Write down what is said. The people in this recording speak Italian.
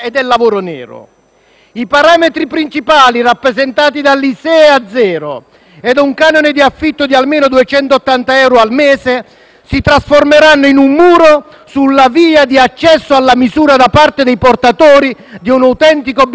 I parametri principali, rappresentati dall'ISEE a zero e da un canone di affitto di almeno 280 euro al mese, si trasformeranno in un muro sulla via di accesso alla misura da parte dei portatori di un autentico bisogno sociale,